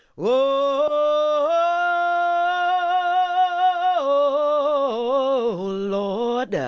whoa, oh, lord,